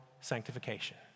sanctification